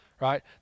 right